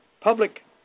public